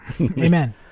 Amen